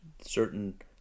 certain